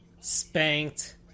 spanked